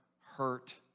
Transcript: hurt